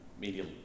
media